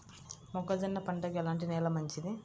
మొక్క జొన్న పంటకు ఎలాంటి నేల మంచిది?